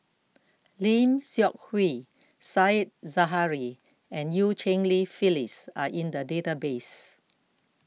Lim Seok Hui Said Zahari and Eu Cheng Li Phyllis are in the database